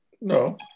no